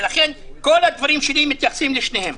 לכן כל הדברים שלי מתייחסים לשניהם.